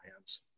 hands